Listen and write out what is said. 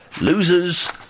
Losers